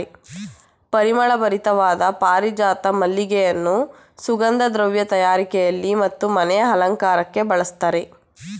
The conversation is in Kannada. ಪರಿಮಳ ಭರಿತವಾದ ಪಾರಿಜಾತ ಮಲ್ಲಿಗೆಯನ್ನು ಸುಗಂಧ ದ್ರವ್ಯ ತಯಾರಿಕೆಯಲ್ಲಿ ಮತ್ತು ಮನೆಯ ಅಲಂಕಾರಕ್ಕೆ ಬಳಸ್ತರೆ